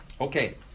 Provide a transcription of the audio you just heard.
Okay